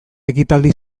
ekitaldi